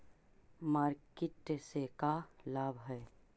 Market से का लाभ है?